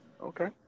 Okay